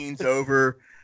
over